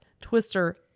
Twister